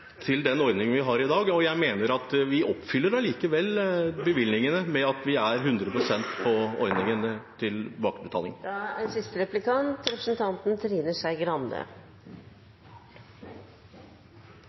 til den ordningen vi har i dag, og jeg mener at vi allikevel oppfyller bevilgningene ved at vi har 100 pst. når det gjelder ordningen med tilbakebetaling. Jeg er